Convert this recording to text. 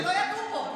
שלא יטעו פה.